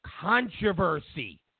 controversy